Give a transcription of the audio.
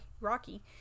Rocky